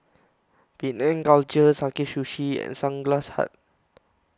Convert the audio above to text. Penang Culture Sakae Sushi and Sunglass Hut